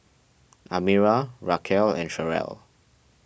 Amira Racquel and Cherelle